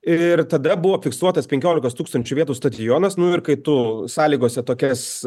ir tada buvo fiksuotas penkiolikos tūkstančių vietų stadionas nu ir kai tu sąlygose tokias